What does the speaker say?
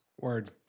Word